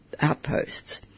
outposts